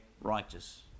righteous